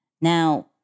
now